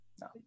No